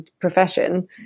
profession